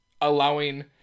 allowing